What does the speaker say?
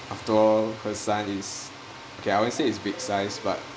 after all her son is K I won't say it's big size but